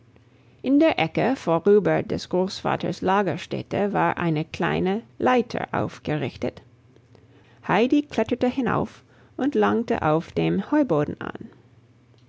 in der ecke vorüber des großvaters lagerstätte war eine kleine leiter aufgerichtet heidi kletterte hinauf und langte auf dem heuboden an